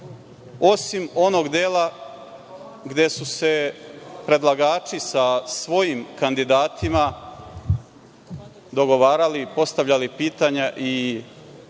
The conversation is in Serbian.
osim onog dela gde su se predlagači sa svojim kandidatima dogovarali, postavljali pitanja i